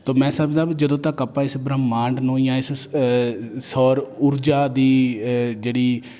ਤਾਂ ਮੈਂ ਸਮਝਦਾ ਜਦੋਂ ਤੱਕ ਆਪਾਂ ਇਸ ਬ੍ਰਹਿਮੰਡ ਨੂੰ ਜਾਂ ਇਸ ਸੌਰ ਊਰਜਾ ਦੀ ਜਿਹੜੀ